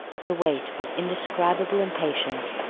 to wait with indescribable impatience,